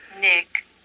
Nick